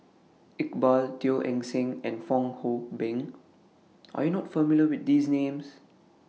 Iqbal Teo Eng Seng and Fong Hoe Beng Are YOU not familiar with These Names